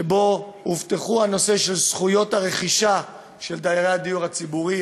שבו הובטח הנושא של זכויות הרכישה של דיירי הדיור הציבורי,